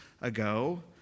ago